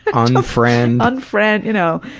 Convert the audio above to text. um unfriend. unfriend. you know,